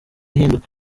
ihinduka